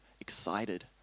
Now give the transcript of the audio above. excited